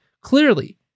clearly